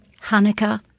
Hanukkah